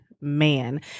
man